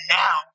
now